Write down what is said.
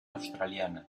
australianas